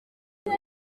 kuva